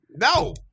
No